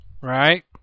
Right